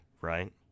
right